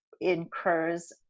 incurs